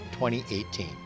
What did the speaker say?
2018